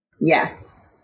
Yes